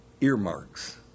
earmarks